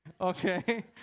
okay